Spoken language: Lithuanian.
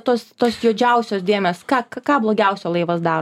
tos tos juodžiausios dėmės ką ką blogiausio laivas daro